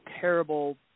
terrible